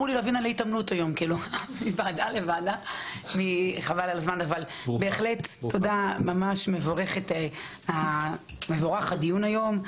אני מברכת את הדיון היום.